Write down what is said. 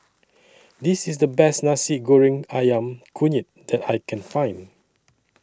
This IS The Best Nasi Goreng Ayam Kunyit that I Can Find